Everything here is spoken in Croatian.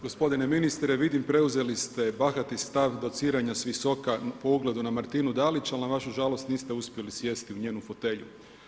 Gospodine ministre vidim preuzeli ste bahati stav dociranja s visoka po ugledu na Martinu Dalić, ali na vašu žalost niste uspjeli sjesti u njenu fotelju.